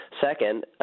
second